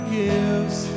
gives